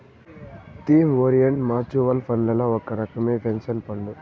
theme orient mutual ఫండ్లల్ల ఒక రకమే ఈ పెన్సన్ ఫండు